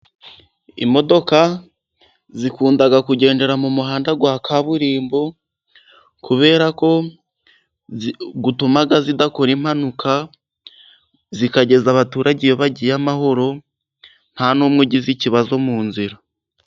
Imodoka zikunda kugendera mu muhanda wa kaburimbo, kubera ko utuma zidakora impanuka zikageza abaturage iyo bagiye amahoro, ntanumwe ugize ikibazo mu nzira.